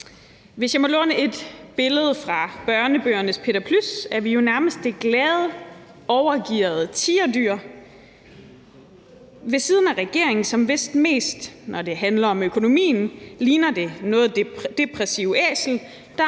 Hvis jeg må låne et billede fra børnebøgernes Peter Plys, er vi jo nærmest det glade, overgearede Tigerdyr ved siden af regeringen, som vist mest, når det handler om økonomien, ligner det noget depressive Æsel,